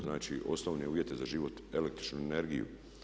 Znači, osnovne uvjete za život, električnu energiju.